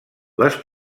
les